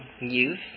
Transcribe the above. Youth